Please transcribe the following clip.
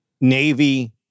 navy